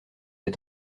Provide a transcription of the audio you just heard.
des